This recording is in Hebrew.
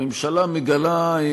הממשלה מגלה,